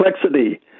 complexity